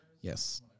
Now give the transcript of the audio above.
Yes